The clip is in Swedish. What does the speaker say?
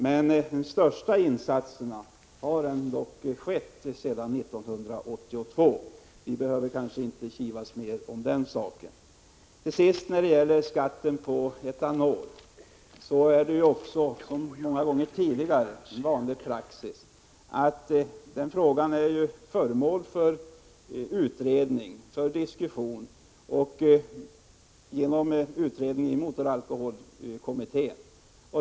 Men de största insatserna har ändock skett sedan 1982. Vi behöver kanske inte kivas mer om den saken. Till sist när det gäller skatten på etanol: Frågan är föremål för utredning i motoralkoholkommittén. Den kommer under sommaren eller hösten att avge ett betänkande.